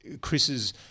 Chris's